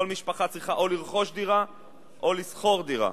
כל משפחה צריכה או לרכוש דירה או לשכור דירה.